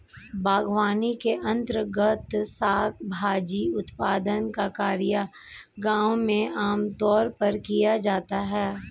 बागवानी के अंर्तगत शाक भाजी उत्पादन का कार्य गांव में आमतौर पर किया जाता है